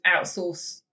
outsource